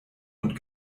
und